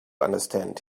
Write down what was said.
understand